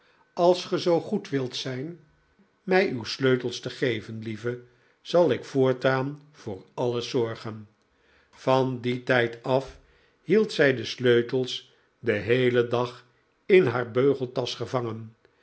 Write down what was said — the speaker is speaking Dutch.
als ge zoo goed wilt zijn mij uw sleutels te geven lieve zal ik voortaan voor alles zorgen van dien tijd af hield zij de sleutels den heelen dag in haar beugeltasch gevangen